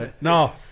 no